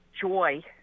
joy